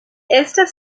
estas